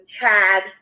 Chad